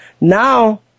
Now